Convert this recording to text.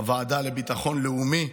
הוועדה לביטחון לאומי,